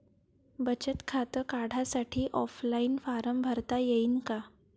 बचत खातं काढासाठी ऑफलाईन फारम भरता येईन का?